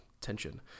tension